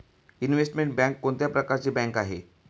Investment bank कोणत्या प्रकारची bank आहे?